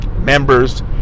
members